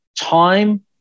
time